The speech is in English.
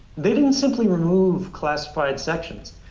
they didn't simply remove classified sections.